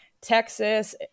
Texas